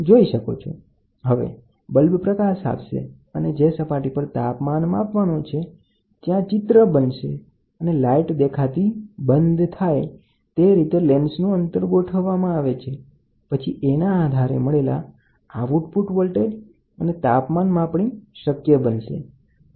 તેથી હવે બલ્બ તાપમાન આપશે અને તમે શું કરો છો તમે અહીં ગરમીના સ્રોતને ધ્યાનમાં લેવાનો પ્રયાસ કરો છો અહીં લેન્સ અથવા અવરોધને ગોઠવો અને ખાતરી કરો કે પ્રકાશની તીવ્રતા અને જે સપાટી પર તાપમાન માપવાનો છે ત્યાં બનતું ચિત્ર અને તાપમાનની છબી અદૃશ્ય થઈ જાય છે અને તેના આધારે તમે આઉટપુટ વોલ્ટેજને માપવાનો પ્રયત્ન કરો છો અને પછી તમે તાપમાન માપવાનો પ્રયાસ કરો બરાબર